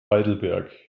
heidelberg